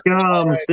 come